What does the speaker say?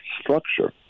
structure